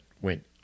went